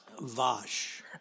Vash